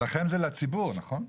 אבל לכם זה לציבור, נכון?